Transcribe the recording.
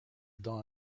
dawn